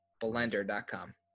blender.com